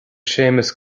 séamus